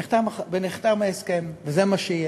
נחתם ההסכם, וזה מה שיהיה.